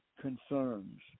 concerns